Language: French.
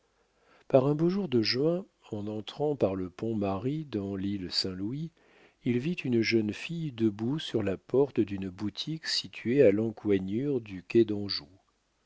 par un beau jour de juin en entrant par le pont marie dans l'île saint-louis il vit une jeune fille debout sur la porte d'une boutique située à l'encoignure du quai d'anjou